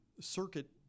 circuit